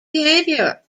behavior